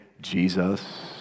Jesus